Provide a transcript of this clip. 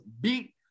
beat